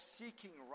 seeking